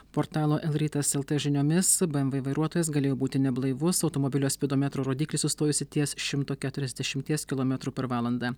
portalo l rytas lt žiniomis bmw vairuotojas galėjo būti neblaivus automobilio spidometro rodyklė sustojus ties šimtu keturiasdešimties kilometrų per valandą